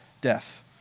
death